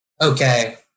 okay